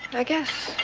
i guess.